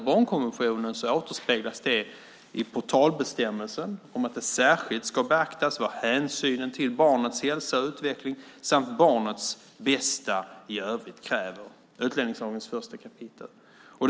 Barnkonventionen återspeglas i portalbestämmelsen om att man särskilt ska beakta vad hänsynen till barnets hälsa och utveckling samt barnets bästa i övrigt kräver. Så står det i 1 kap. utlänningslagen.